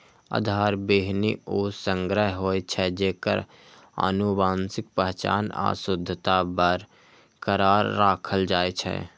आधार बीहनि ऊ संग्रह होइ छै, जेकर आनुवंशिक पहचान आ शुद्धता बरकरार राखल जाइ छै